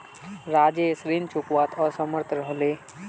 राजेश ऋण चुकव्वात असमर्थ रह ले